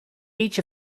each